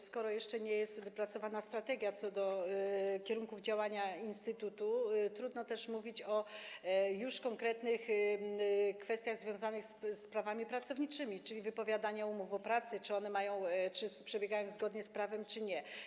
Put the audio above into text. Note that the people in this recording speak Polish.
Skoro jeszcze nie jest wypracowana strategia co do kierunków działania instytutu, trudno mówić już o konkretnych kwestiach związanych z prawami pracowniczymi, czyli o wypowiadaniu umów o pracę, o tym, czy to przebiega zgodnie z prawem, czy nie.